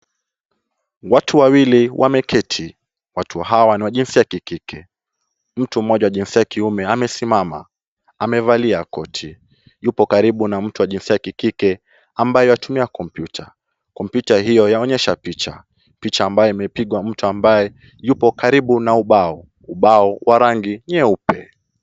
Watu wawili wameketi, watu hawa ni wa jinsia ya kikike. Mtu mmoja wa jinsia ya kiume amesimama, amevalia koti, yupo karibu na mtu wa jinsia ya kikike ambayo yuatumia kompyuta. Kompyuta hiyo yaonyesha picha, picha ambayo imepigwa mtu ambaye yupo karibu na ubao, ubao wa rangi nyeupe.